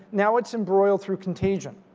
now it's embroiled through contagion.